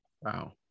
Wow